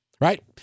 Right